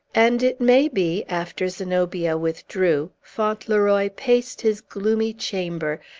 and, it may be, after zenobia withdrew, fauntleroy paced his gloomy chamber,